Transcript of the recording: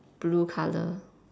blue colour